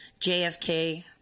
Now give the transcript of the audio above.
JFK